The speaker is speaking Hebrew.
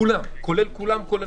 כולל כל התושבים.